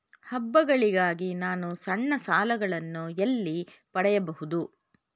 ಹಬ್ಬಗಳಿಗಾಗಿ ನಾನು ಸಣ್ಣ ಸಾಲಗಳನ್ನು ಎಲ್ಲಿ ಪಡೆಯಬಹುದು?